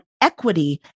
equity